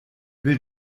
will